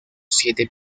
siete